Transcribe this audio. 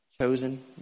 Chosen